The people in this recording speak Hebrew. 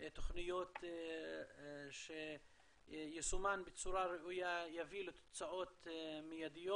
תוכניות שיישומן בצורה ראויה יביא לתוצאות מידיות.